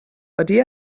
ydy